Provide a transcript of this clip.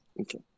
Okay